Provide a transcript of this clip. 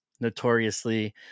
notoriously